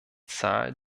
zahl